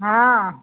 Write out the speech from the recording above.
हँ